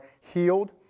healed